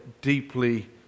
deeply